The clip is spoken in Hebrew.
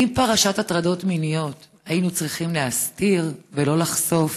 האם פרשת הטרדות מיניות היינו צריכים להסתיר ולא לחשוף?